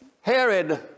Herod